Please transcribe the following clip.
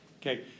Okay